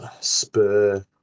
spur